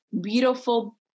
beautiful